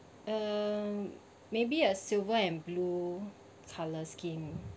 um maybe a silver and blue color scheme